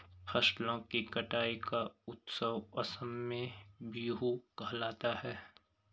फसलों की कटाई का उत्सव असम में बीहू कहलाता है